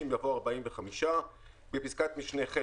במקום ״50%" יבוא "75%״ ; בפסקת משנה (ז),